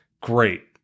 Great